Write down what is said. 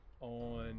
on